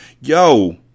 Yo